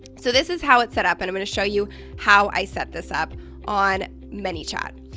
so this is how it's set up and i'm gonna show you how i set this up on manychat.